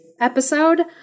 episode